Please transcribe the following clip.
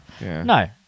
no